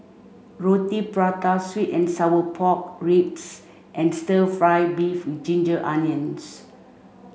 Roti Prata sweet and sour pork ribs and stir fry beef with ginger onions